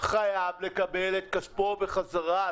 לקבל את כספו בחזרה.